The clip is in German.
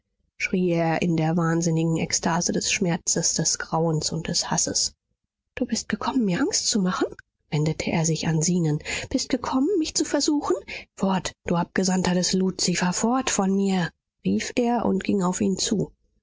er in der wahnsinnigen ekstase des schmerzes des grauens und des hasses du bist gekommen mir angst zu machen wendete er sich an zenon bist gekommen mich zu versuchen fort du abgesandter des luzifer fort von mir rief er und ging auf ihn zu